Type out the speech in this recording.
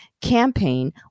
campaign